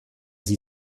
sie